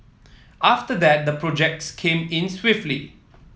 after that the projects came in swiftly